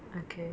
(uh huh)